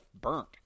burnt